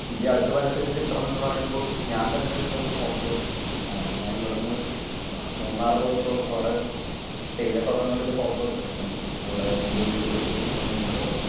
ഈ അടുത്ത് വരച്ചൊരു ചിത്രം എന്നുപറയുമ്പോള് ഞാൻ തന്നെ എടുത്തൊരു ഫോട്ടോ ഞാന് ഇവിടെനിന്ന് മൂന്നാറില് പോയപ്പോള് അവിടെ തേയിലത്തോട്ടങ്ങളുടെ ഒരു ഫോട്ടോ എടുത്തിട്ടുണ്ടായിരുന്നു അവിടെ എന്റെ ഒരു സുഹൃത്ത് നില്ക്കുന്നതിന്റെ ഫോട്ടോ